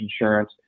insurance